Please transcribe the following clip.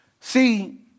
See